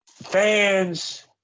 Fans